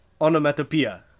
onomatopoeia